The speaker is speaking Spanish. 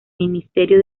ministerio